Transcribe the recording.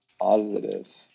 positive